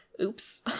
Oops